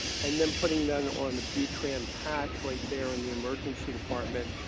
and then putting them on the butrans patch right there in the emergency department.